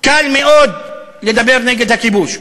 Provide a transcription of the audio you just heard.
קל מאוד לדבר נגד הכיבוש,